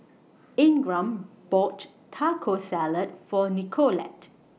Ingram bought Taco Salad For Nicolette